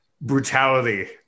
brutality